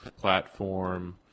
platform